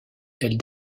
elles